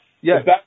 yes